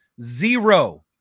Zero